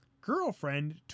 Girlfriend